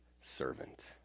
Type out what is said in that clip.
servant